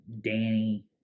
Danny